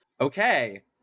Okay